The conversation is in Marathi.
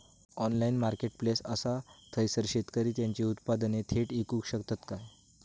ऑनलाइन मार्केटप्लेस असा थयसर शेतकरी त्यांची उत्पादने थेट इकू शकतत काय?